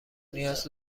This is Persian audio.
نیاز